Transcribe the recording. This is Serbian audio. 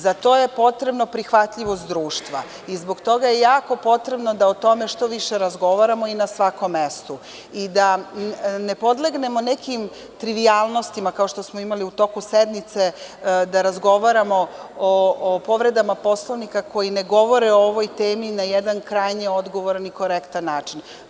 Za to je potrebna prihvatljivost društva i zbog toga je jako potrebno da o tome što više razgovaramo na svakom mestu i da ne podlegnemo nekim trivijalnostima, kao što smo imali u toku sednice da razgovaramo o povredama Poslovnika koji ne govore o ovoj temi na jedan krajnje odgovoran i korektan način.